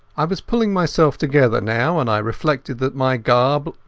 i was pulling myself together now, and i reflected that my garb,